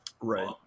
Right